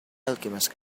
alchemist